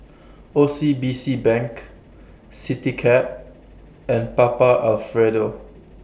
O C B C Bank Citycab and Papa Alfredo